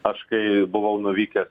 aš kai buvau nuvykęs